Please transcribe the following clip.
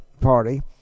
Party